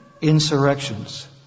Insurrections